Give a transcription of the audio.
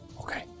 Okay